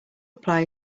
apply